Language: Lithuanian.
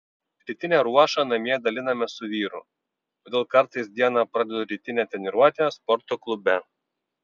rytinę ruošą namie dalinamės su vyru todėl kartais dieną pradedu rytine treniruote sporto klube